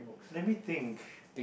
let me think